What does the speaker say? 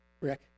Rick